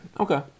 Okay